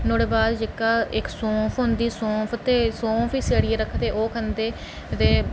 नुहाड़े बाद जेह्का इक सोंफ होंदी सोंफ ते इस करियै रखदे ओह् खंदे